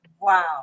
Wow